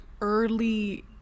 early